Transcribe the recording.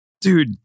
Dude